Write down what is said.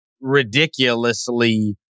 ridiculously